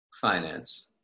finance